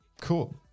Cool